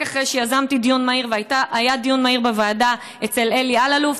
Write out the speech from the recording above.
רק אחרי שיזמתי דיון מהיר והיה דיון מהיר בוועדה אצל אלי אלאלוף,